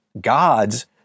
God's